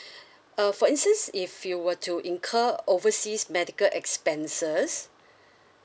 uh for instance if you were to incur overseas medical expenses